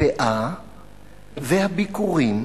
הפאה והביכורים